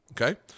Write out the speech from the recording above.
okay